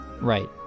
right